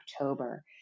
October